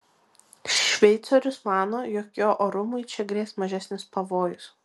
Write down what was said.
šveicorius mano jog jo orumui čia grės mažesnis pavojus